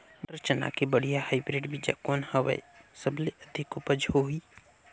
मटर, चना के बढ़िया हाईब्रिड बीजा कौन हवय? सबले अधिक उपज होही?